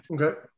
okay